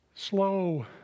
Slow